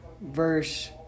verse